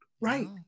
right